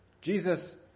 Jesus